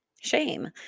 Shame